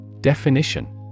Definition